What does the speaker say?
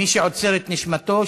מי שעוצר את נשימתו,